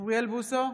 אוריאל בוסו,